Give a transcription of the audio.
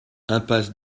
impasse